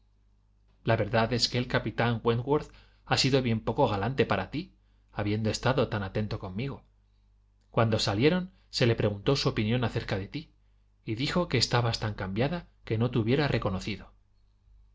la verdad es que el capitán wentworth ha sido bien poco galante para ti habiendo estado tan atento conmigo cuando salieron se le preguntó su opinión acerca de ti y dijo que estabas tan cambiada que no te hubiera reconocido